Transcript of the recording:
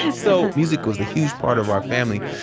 yeah so music was a huge part of our family.